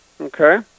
Okay